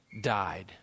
died